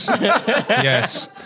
Yes